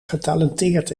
getalenteerd